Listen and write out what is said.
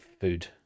food